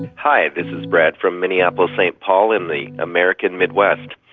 hi, this is brad from minneapolis-st paul in the american midwest.